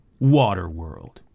Waterworld